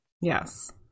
Yes